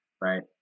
right